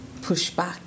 pushback